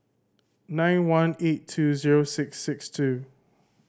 nine one eight two zero six six two